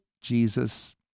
Jesus